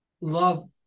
love